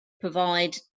provide